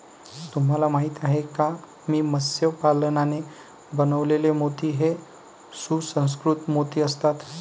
तुम्हाला माहिती आहे का की मत्स्य पालनाने बनवलेले मोती हे सुसंस्कृत मोती असतात